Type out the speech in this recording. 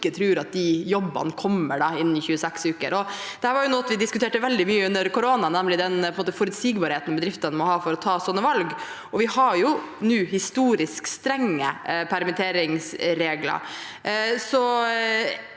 tror at de jobbene kommer innen 26 uker. Dette var noe vi diskuterte veldig mye under koronaperioden, nemlig den forutsigbarheten bedriftene må ha for å ta sånne valg. Vi har nå historisk strenge permitteringsregler.